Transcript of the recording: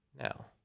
Now